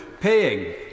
paying